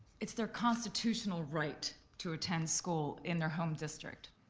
it's their constitutional right to attend school in their home district.